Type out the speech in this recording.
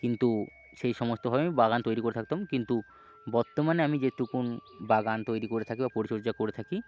কিন্তু সেই সমস্তভাবে আমি বাগান তৈরি করে থাকতাম কিন্তু বর্তমানে আমি যেটুকুন বাগান তৈরি করে থাকি বা পরিচর্যা করে থাকি